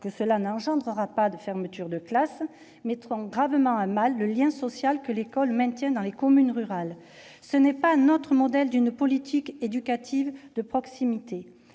n'entraînera pas la fermeture de classes -mettront gravement à mal le lien social que l'école maintient dans les communes rurales. Ce n'est pas notre modèle d'une politique éducative de proximité.